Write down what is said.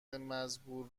مزبور